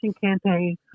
campaign